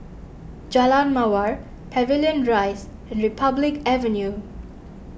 Jalan Mawar Pavilion Rise and Republic Avenue